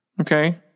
Okay